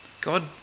God